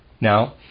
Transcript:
Now